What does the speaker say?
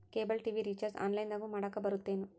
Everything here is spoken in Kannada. ಕೇಬಲ್ ಟಿ.ವಿ ರಿಚಾರ್ಜ್ ಆನ್ಲೈನ್ನ್ಯಾಗು ಮಾಡಕ ಬರತ್ತೇನು